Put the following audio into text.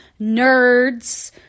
nerds